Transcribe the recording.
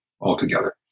altogether